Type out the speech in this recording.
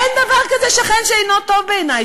אין דבר כזה שכן שאינו טוב בעיני.